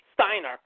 Steiner